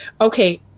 Okay